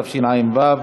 התשע"ו 2016,